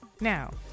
Now